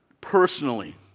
personally